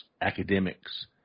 academics